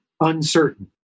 uncertain